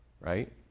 right